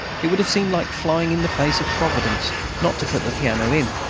it would have seemed like flying in the face of providence not to put the piano in.